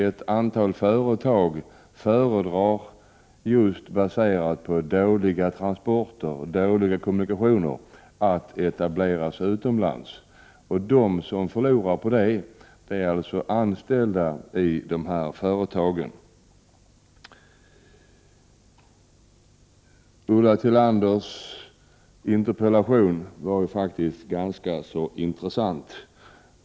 Ett antal företag föredrar faktiskt, just på grund av dåliga transportmöjligheter och dåliga kommunikationer, att etablera sig utomlands. De som förlorar på detta är de anställda i dessa företag. Ulla Tillanders interpellation var faktiskt ganska intressant.